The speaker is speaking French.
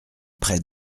près